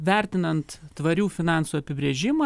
vertinant tvarių finansų apibrėžimą